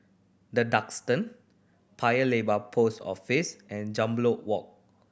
The Duxton Paya Lebar Post Office and Jambol Walk